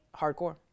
hardcore